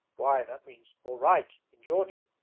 why, that means all right in georgian.